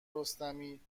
رستمی